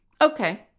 Okay